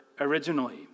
originally